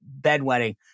bedwetting